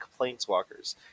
planeswalkers